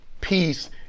peace